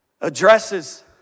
addresses